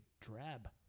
drab